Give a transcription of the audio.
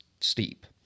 steep